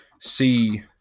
see